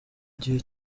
gihe